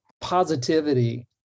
positivity